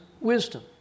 wisdom